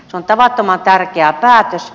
se on tavattoman tärkeä päätös